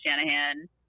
Shanahan